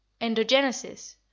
Endogenesis